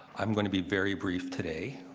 i'm going to be very previous today.